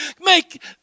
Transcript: make